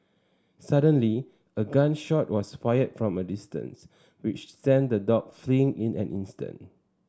suddenly a gun shot was fired from a distance which sent the dog fleeing in an instant